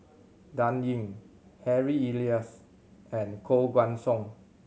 Dan Ying Harry Elias and Koh Guan Song